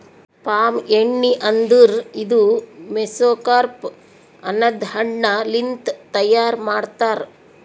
palm ಎಣ್ಣಿ ಅಂದುರ್ ಇದು ಮೆಸೊಕಾರ್ಪ್ ಅನದ್ ಹಣ್ಣ ಲಿಂತ್ ತೈಯಾರ್ ಮಾಡ್ತಾರ್